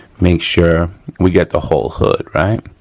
make sure we get the whole hood, right.